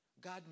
God